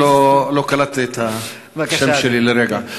לא קלטתי את השם שלי לרגע.